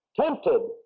tempted